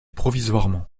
provisoirement